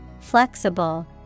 Flexible